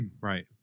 Right